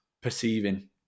perceiving